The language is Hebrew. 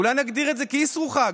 אולי נגדיר את זה כאסרו חג.